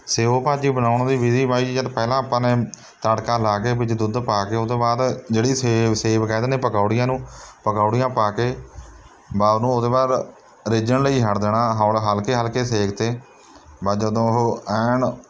ਸੇਓ ਭਾਅ ਜੀ ਬਣਾਉਣ ਦੀ ਵਿਧੀ ਬਾਈ ਜਦ ਪਹਿਲਾਂ ਆਪਾਂ ਨੇ ਤੜਕਾ ਲਾ ਕੇ ਵਿੱਚ ਦੁੱਧ ਪਾ ਕੇ ਉਹ ਤੋਂ ਬਾਅਦ ਜਿਹੜੀ ਸੇ ਸੇਵ ਕਹਿ ਦਿੰਦੇ ਹਾਂ ਪਕੌੜੀਆਂ ਨੂੰ ਪਕੌੜੀਆਂ ਪਾ ਕੇ ਬਾ ਉਹਨੂੰ ਉਹਦੇ ਬਾਅਦ ਰਿੱਝਣ ਲਈ ਛੱਡ ਦੇਣਾ ਹੁਣ ਹਲਕੇ ਹਲਕੇ ਸੇਕ 'ਤੇ ਬਾ ਜਦੋਂ ਉਹ ਐਨ